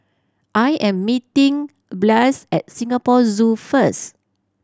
I am meeting Blaise at Singapore Zoo first